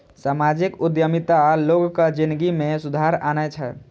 सामाजिक उद्यमिता लोगक जिनगी मे सुधार आनै छै